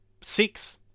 six